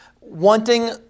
wanting